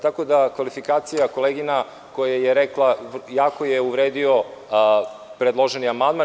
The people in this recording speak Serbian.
Tako da kvalifikacija kolegina koji je rekao jako je uvredio predloženi amandman.